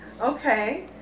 Okay